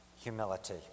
humility